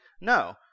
No